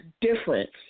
difference